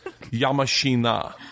Yamashina